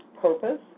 Purpose